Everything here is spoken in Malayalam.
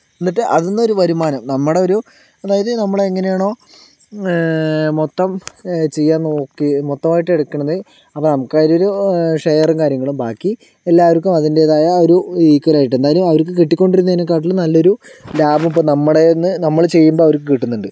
എന്നിട്ട് അതിൽനിന്ന് ഒരു വരുമാനം നമ്മുടെ ഒരു അതായത് നമ്മൾ എങ്ങനെയാണോ മൊത്തം ചെയ്യാൻ നോക്കി മൊത്തം ആയിട്ടെടുക്കണത് അപ്പോൾ നമുക്കതിലൊരു ഷെയറും കാര്യങ്ങളും ബാക്കി എല്ലാവർക്കും അതിന്റേതായ ഒരു ഈക്വൽ ആയിട്ട് എന്തായാലും അവർക്ക് കിട്ടിക്കൊണ്ടിരുന്നതിനെക്കാട്ടിലും നല്ലൊരു ലാഭം ഇപ്പോൾ നമ്മുടെ കയ്യിൽനിന്ന് നമ്മൾ ചെയ്യുമ്പോൾ അവർക്ക് കിട്ടുന്നുണ്ട്